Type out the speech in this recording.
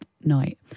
night